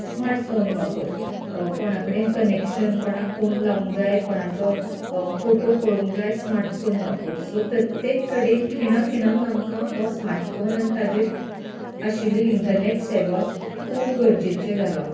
smartphone वापर कोणा कडेन कनॅक्शन कोणाक फोन लावंक जाय कोणाचो फोटो पळोवंक जाय स्मार्टफोन वापर सो प्रत्येक कडेन खिणा खिणांग आमकां हो स्मार्टफोन आनी ताजेर आशिल्ले इण्टरनॅट सेवा खूब गरजेचें जालां